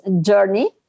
journey